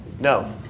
No